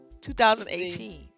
2018